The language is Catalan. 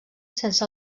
sense